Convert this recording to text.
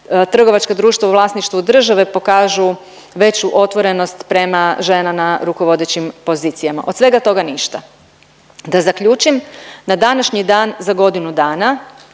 trgovačka društva u vlasništvu države pokažu veću otvorenost prema žena na rukovodećim pozicijama. Od svega toga ništa. Da zaključim, na današnji dan za godinu dana,